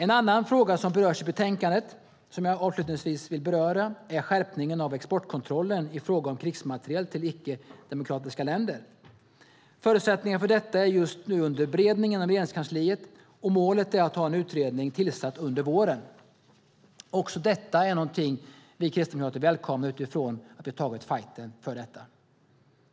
En annan fråga som berörs i betänkandet, och som jag avslutningsvis vill beröra, är skärpningen av exportkontrollen i fråga om krigsmateriel till icke-demokratiska länder. Förutsättningarna för denna är just nu under beredning inom Regeringskansliet, och målet är att ha en utredning tillsatt under våren. Också detta är något som vi kristdemokrater välkomnar utifrån att vi tagit fajten för detta.